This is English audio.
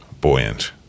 buoyant